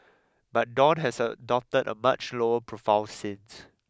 but Dawn has a adopted a much lower profile since